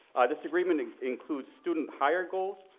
this agreement includes student hire goals,